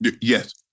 Yes